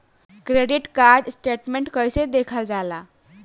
Credit card statement कइसे देखल जाला?